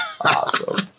Awesome